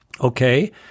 okay